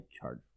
charge